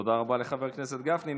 תודה רבה לחבר הכנסת גפני.